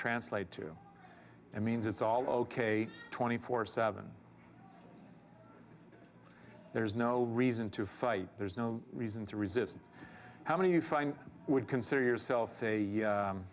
translate to and means it's all ok twenty four seven there's no reason to fight there's no reason to resist how many you find would consider yourself a